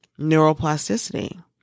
neuroplasticity